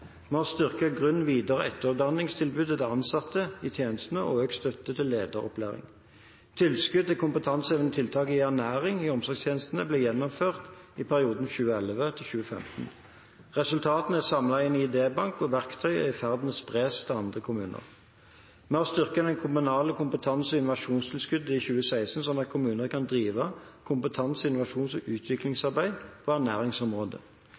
Vi har styrket grunn-, videre- og etterutdanningstilbudet til ansatte i tjenestene og økt støtten til lederopplæring. Tilskuddet til kompetanse gjennom tiltak innen ernæring i omsorgstjenestene ble gjennomført i perioden 2011 til 2015. Resultatene er samlet i en idébank, og verktøy er i ferd med å spres til andre kommuner. Vi har styrket det kommunale kompetanse- og innovasjonstilskuddet i 2016, slik at kommuner kan drive kompetanse-, innovasjons- og utviklingsarbeid på ernæringsområdet.